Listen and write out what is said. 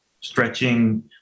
stretching